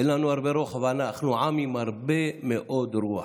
אין לנו הרבה רוח, אבל אנחנו עם עם הרבה מאוד רוח.